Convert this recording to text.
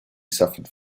suffered